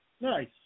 Nice